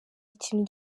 ikintu